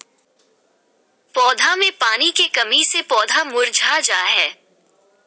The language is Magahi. पौधा मे पानी के कमी से पौधा मुरझा जा हय